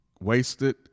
wasted